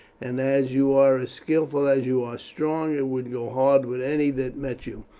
and as you are as skilful as you are strong it would go hard with any that met you.